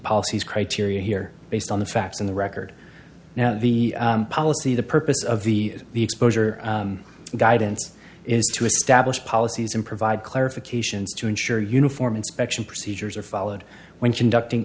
policies criteria here based on the facts in the record now the policy the purpose of the the exposure guidance is to establish policies and provide clarifications to ensure uniform inspection procedures are followed when conducting